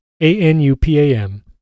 A-N-U-P-A-M